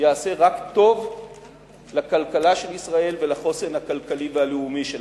יעשה רק טוב לכלכלה של ישראל ולחוסן הכלכלי והלאומי שלנו.